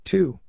Two